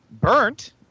Burnt